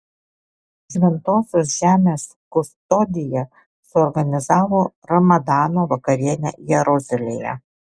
šventosios žemės kustodija suorganizavo ramadano vakarienę jeruzalėje